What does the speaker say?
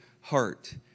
heart